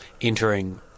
entering